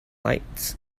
lights